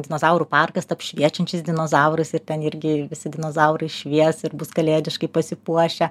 dinozaurų parkas apšviečiančiais dinozaurus ir ten irgi visi dinozaurai švies ir bus kalėdiškai pasipuošę